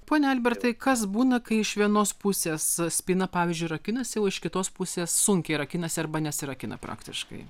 pone albertai kas būna kai iš vienos pusės spyna pavyzdžiui rakinasi o iš kitos pusės sunkiai rakinasi arba nesirakina praktiškai